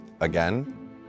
Again